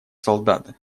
солдаты